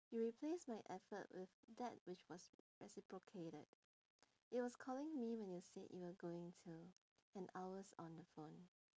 you replaced my effort with that which was reciprocated it was calling me when you said you were going to and hours on the phone